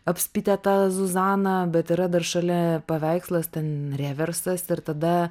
apspitę tą zuzaną bet yra dar šalia paveikslas ten reversas ir tada